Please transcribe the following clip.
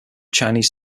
chinese